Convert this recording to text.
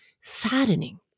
saddening